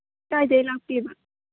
ꯀꯥꯏꯗꯩ ꯂꯥꯛꯄꯤꯕ